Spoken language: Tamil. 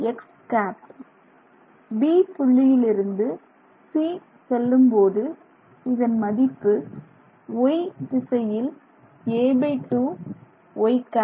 B புள்ளியிலிருந்து C செல்லும்போது இதன் மதிப்பு Y திசையில் a2 y ̂